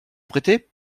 prêter